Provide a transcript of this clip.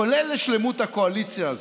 כולל לשלמות הקואליציה הזאת,